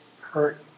hurt